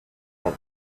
that